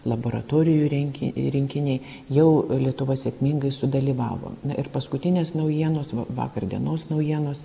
laboratorijų renki rinkiniai jau lietuva sėkmingai sudalyvavo ir paskutinės naujienos vakar dienos naujienos